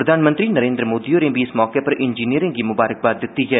प्रधानमंत्री नरेंद्र मोदी होरें बी इस मौके पर इंजीनियरें गी मुबारकबाद दित्ती ऐ